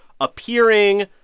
appearing